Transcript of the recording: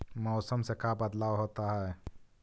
मौसम से का बदलाव होता है?